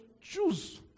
Choose